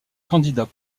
candidat